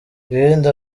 ibindi